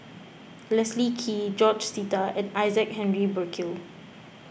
Leslie Kee George Sita and Isaac Henry Burkill